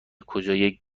کجای